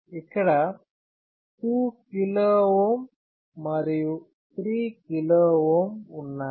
ఇక్కడ 2 KΩ మరియు 3 KΩ ఉన్నాయి